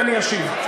ואשיב.